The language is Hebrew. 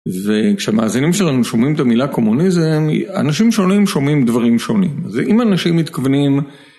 וכשהמאזינים שלנו שומעים את המילה קומוניזם, אנשים שונים שומעים דברים שונים. ואם אנשים מתכוונים...